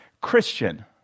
Christian